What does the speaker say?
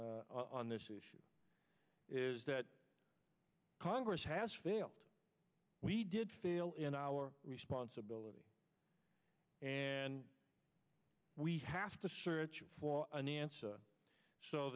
on this issue is that congress has failed we did fail in our responsibility and we have to search for an answer so